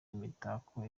imitako